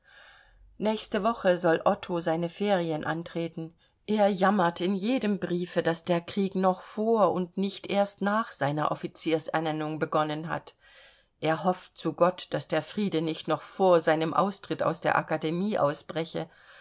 nächste woche soll otto seine ferien antreten er jammert in jedem briefe daß der krieg noch vor und nicht erst nach seiner offiziersernennung begonnen hat er hofft zu gott daß der friede nicht noch vor seinem austritt aus der akademie ausbreche